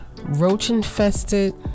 roach-infested